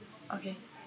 okay